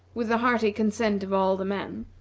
with the hearty consent of all the men,